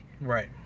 right